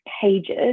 pages